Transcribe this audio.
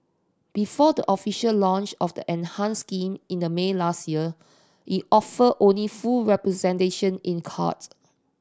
before the official launch of the enhanced scheme in the May last year it offered only full representation in court